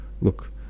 Look